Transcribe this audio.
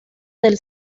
del